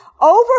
Over